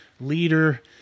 leader